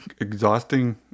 exhausting